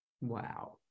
Wow